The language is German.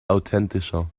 authentischer